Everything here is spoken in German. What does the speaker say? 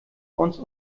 uns